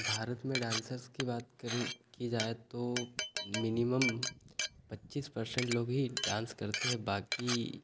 भारत में डांसर्स की बात करी की जाए तो मिनिमन पच्चीस परसेंट लोग ही डांस करते हैं बाकी